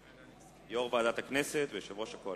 יושב-ראש ועדת הכנסת ויושב-ראש הקואליציה.